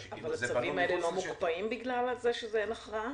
הצווים האלה לא מוקפאים בגלל שאין הכרעה?